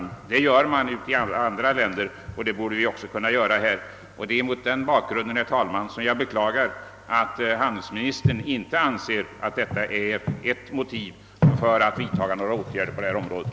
Det gör man i alla andra länder och det borde vi också kunna göra. Det är mot denna bakgrund, herr talman, som jag beklagar att handelsministern inte anser att detta är ett motiv för att vidtaga åtgärder på det här området.